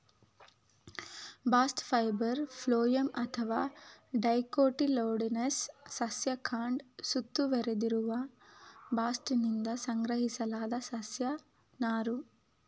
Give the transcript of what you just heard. bast fibre phloem ಅಥವಾ dicotyledonous ಸಸ್ಯ ಕಾಂಡ ಸುತ್ತುವರೆದಿರುವ ಬಾಸ್ಟ್ನಿಂದ ಸಂಗ್ರಹಿಸಲಾದ ಸಸ್ಯ ನಾರು